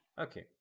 Okay